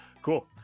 Cool